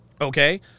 okay